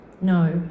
No